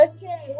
Okay